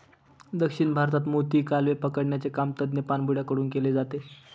दक्षिण भारतात मोती, कालवे पकडण्याचे काम तज्ञ पाणबुड्या कडून केले जाते